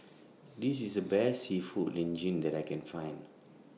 This IS The Best Seafood Linguine that I Can Find